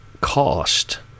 cost